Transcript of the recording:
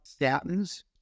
statins